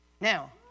Now